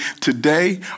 today